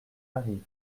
arrivent